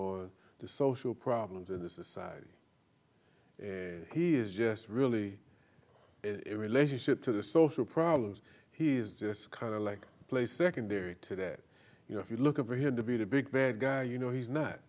on the social problems in the society he is just really in relationship to the social problems he's just kind of like play secondary to that you know if you look at for him to be the big bad guy you know he's not